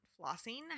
flossing